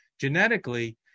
genetically